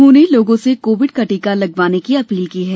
उन्होंने लोगों से कोविड टीका लगवाने की अपील की है